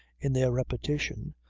in their repetition,